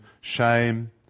shame